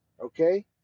okay